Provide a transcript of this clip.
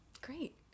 Great